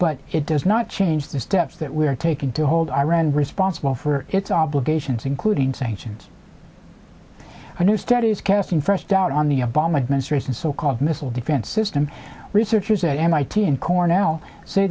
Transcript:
but it does not change the steps that we are taking to hold iran responsible for its obligations including sanctions a new study is casting first doubt on the obama administration's so called missile defense system researchers at mit and cornell say